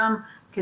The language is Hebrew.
פי